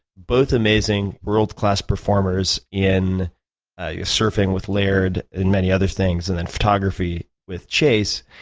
both amazing, world-class performers in surfing with laird, and many other things, and then photography with chase.